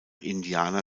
indiana